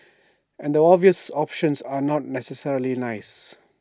and the obvious options are not necessarily nice